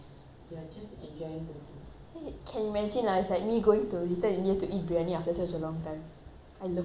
can imagine lah it's like me going to little india to eat briyani after such a long time I loved it so can explain